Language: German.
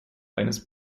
eines